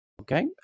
Okay